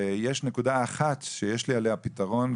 יש נקודה אחת שיש לי עליה פתרון,